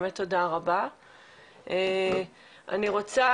אני רוצה